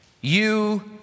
You